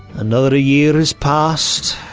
another year has passed.